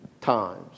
times